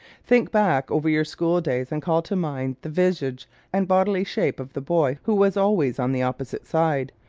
think back over your school-days and call to mind the visage and bodily shape of the boy who was always on the opposite side,